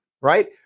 right